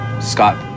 Scott